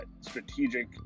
strategic